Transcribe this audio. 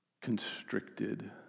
constricted